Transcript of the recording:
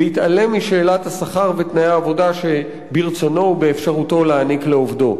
בהתעלם משאלת השכר ותנאי העבודה שברצונו ובאפשרותו להעניק לעובדו,